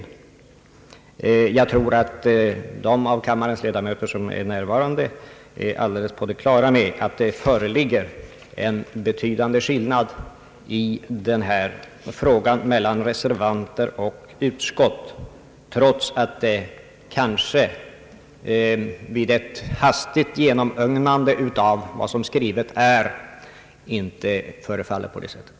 Jag tror att kammarens närvarande ledamöter har alldeles klart för sig att det i denna fråga föreligger en betydande skillnad mellan reservanter och utskottsmajoritet, trots att det kanske vid ett hastigt genomögnande av vad som är skrivet inte förefaller vara så.